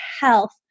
health